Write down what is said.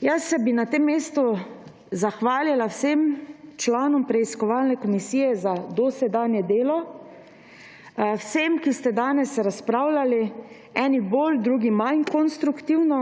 Jaz se bi na tem mestu zahvalila vsem članom preiskovalne komisije za dosedanje delo, vsem, ki ste danes razpravljali, eni bolj, drugi manj konstruktivno.